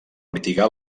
mitigar